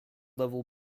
level